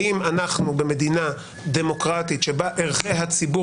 האם אנחנו במדינה דמוקרטית שבה ערכי הציבור